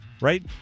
Right